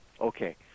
Okay